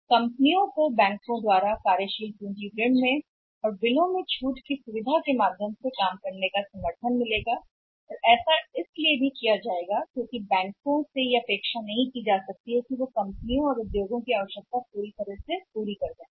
बैंकों कंपनियों को बैंकों से काम करने का समर्थन मिलेगा लेकिन काम करने के तरीके से पूंजी ऋण और बिल में छूट की सुविधा के माध्यम से और वह भी किया जाना चाहिए क्योंकि बैंकों से अपेक्षा नहीं की जा सकती है कि वे कंपनियों को पूरी तरह भर दें